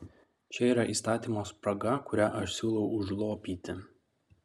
čia yra įstatymo spraga kurią aš siūlau užlopyti